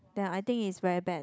then I think it's very bad